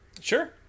sure